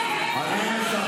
הוא עובד